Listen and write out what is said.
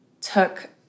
took